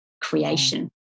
creation